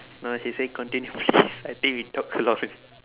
no she say continue please I think we talk a lot